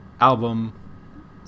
album